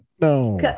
no